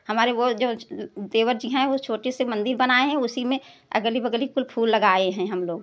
हमारे वो जो देवर जी हैं वो छोटे से मंदिर बनाए हैं उसी में अगल बगल कुल फूल लगाए हैं हम लोग